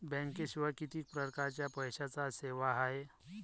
बँकेशिवाय किती परकारच्या पैशांच्या सेवा हाय?